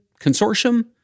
consortium